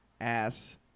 ass